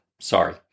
Sorry